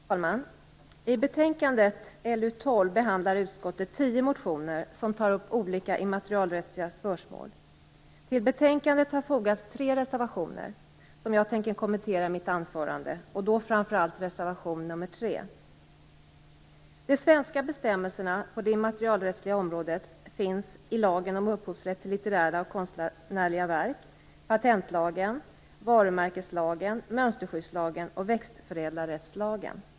Fru talman! I betänkandet LU12 behandlar utskottet tio motioner där olika immaterialrättsliga spörsmål tas upp. Till betänkandet har fogats tre reservationer, som jag tänker kommentera i mitt anförande, framför allt reservation nr 3. De svenska bestämmelserna på det immaterialrättsliga området finns i lagen om upphovsrätt till litterära och konstnärliga verk, patentlagen, varumärkeslagen, mönsterskyddslagen och växtförädlarrättslagen.